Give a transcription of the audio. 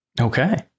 Okay